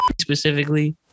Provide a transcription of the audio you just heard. specifically